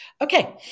Okay